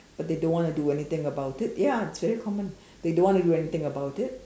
but they don't want to do anything about it ya it's very common they don't want to do anything about it